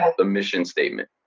the mission statement.